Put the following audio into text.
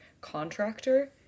contractor